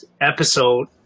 episode